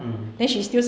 mm